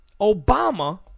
Obama